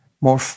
more